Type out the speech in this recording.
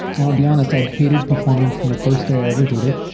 and i'll be honest, i hated performing from the first day i ever did it.